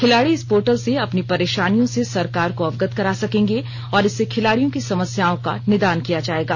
खिलाड़ी इस पोर्टल से अपनी परेशानियों से सरकार को अवगत करा सकेंगे और इससे खिलाड़ियों की समस्याओं का निदान किया जायेगा